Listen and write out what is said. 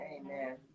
Amen